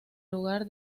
lugar